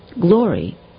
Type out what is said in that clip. glory